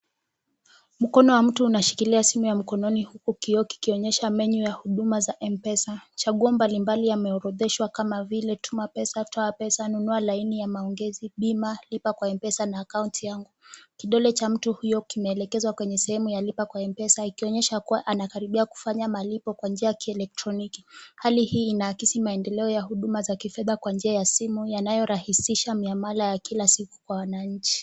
Mkono wa mtu unashikilia simu ya mkononi, huku kioo kikionyesha menyu ya huduma za M-Pesa. Chaguo mbalimbali yameorodheshwa kama vile Tuma Pesa, Toa Pesa, Nunua Laini ya Maongezi, Bima, Lipa kwa M-Pesa na akaunti yangu. Kidole cha mtu huyo kimeelekezwa kwenye sehemu ya Lipa kwa M-Pesa, ikionyesha kuwa anakaribia kufanya malipo kwa njia ya kielektroniki. Hali hii inaakisi maendeleo ya huduma za kifedha kwa njia ya simu, yanayorahisisha miamala ya kila siku kwa wananchi.